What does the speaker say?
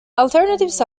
alternatives